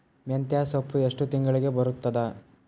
ಮೆಂತ್ಯ ಸೊಪ್ಪು ಎಷ್ಟು ತಿಂಗಳಿಗೆ ಬರುತ್ತದ?